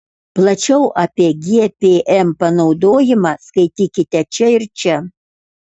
plačiau apie gpm panaudojimą skaitykite čia ir čia